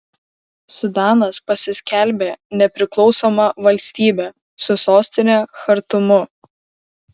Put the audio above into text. sudanas pasiskelbė nepriklausoma valstybe su sostine chartumu